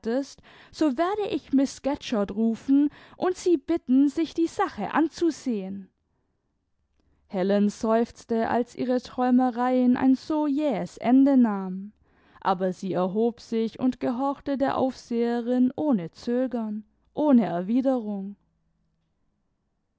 so werde ich miß scatcherd rufen und sie bitten sich die sache anzusehen helen seufzte als ihre träumereien ein so jähes ende nahmen aber sie erhob sich und gehorchte der aufseherin ohne zögern ohne erwiderung